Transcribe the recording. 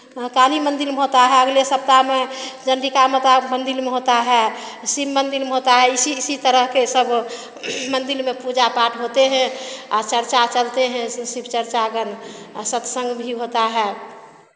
काली मंदिर में होता है अगले सप्ताह में चंडिका मता मंदिर में होता है शिव मंदिर में होता है इसी इसी तरह के सब मंदिर में पूजा पाठ होते हैं आ चर्चा चलते हैं ऐसे शिव चर्चा गान सत्संग भी होता है